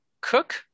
Cook